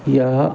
यह